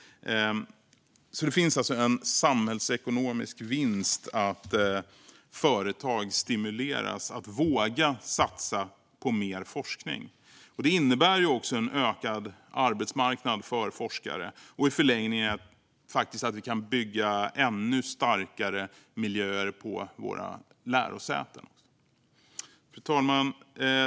Det finns alltså en samhällsekonomisk vinst i att företag stimuleras att våga satsa på mer forskning. Det innebär också en ökad arbetsmarknad för forskare och i förlängningen att vi kan bygga ännu starkare miljöer på våra lärosäten. Fru talman!